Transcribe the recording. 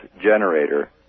generator